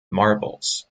marvels